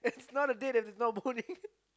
not a date as it's not boning